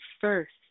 first